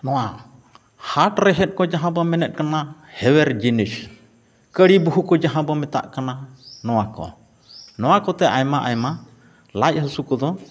ᱱᱚᱣᱟ ᱦᱟᱴ ᱨᱮᱦᱮᱫ ᱠᱚ ᱡᱟᱦᱟᱸᱵᱚᱱ ᱢᱮᱱᱮᱫ ᱠᱟᱱᱟ ᱦᱮᱣᱮᱨ ᱡᱤᱱᱤᱥ ᱠᱟᱹᱨᱤ ᱵᱟᱹᱦᱩ ᱠᱚᱡᱟᱦᱟᱸ ᱵᱚᱱ ᱢᱮᱛᱟᱜ ᱠᱟᱱᱟ ᱱᱚᱣᱟ ᱠᱚ ᱱᱚᱣᱟ ᱠᱚᱛᱮ ᱟᱭᱢᱟ ᱟᱭᱢᱟ ᱞᱟᱡ ᱦᱟᱹᱥᱩ ᱠᱚᱫᱚ